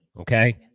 okay